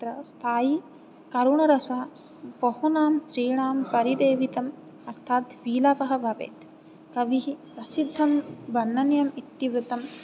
अत्र स्थायी करुणरसः बहूनां स्त्रीणां परिदेवितम् अर्थात् वीलापः भवेत् कविः प्रसिद्धं वर्णनीयम् इतिवृत्तं